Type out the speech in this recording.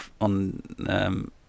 on